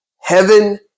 Heaven